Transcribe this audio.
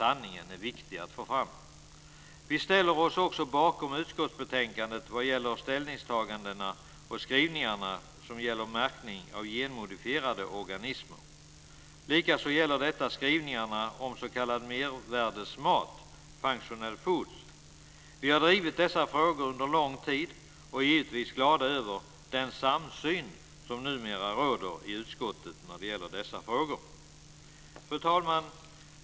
Det är viktigt att få fram sanningen. Vi ställer oss också bakom utskottsbetänkandet vad gäller de ställningstaganden och skrivningar som rör märkning av genmodifierade organismer. Likaså gäller det skrivningarna om s.k. mervärdesmat, functional food. Vi har under en lång tid drivit dessa frågor och är givetvis glada över den samsyn som numera råder i utskottet i dessa frågor. Fru talman!